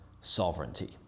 sovereignty